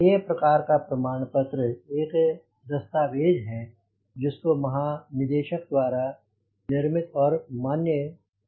A प्रकार का प्रमाण पत्र एक दस्तावेज़ है जिसको महानिदेशक के द्वारा निर्मित और मान्य किया जाता है